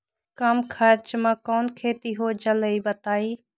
कम खर्च म कौन खेती हो जलई बताई?